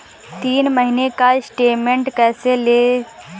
तीन महीने का स्टेटमेंट कैसे लें?